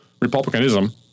Republicanism